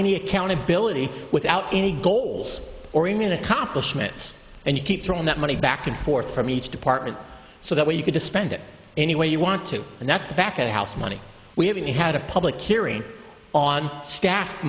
any accountability without any goals or immune accomplishments and you keep throwing that money back and forth from each department so that you could just spend it any way you want to and that's the back of the house money we haven't had a public hearing on staff